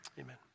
Amen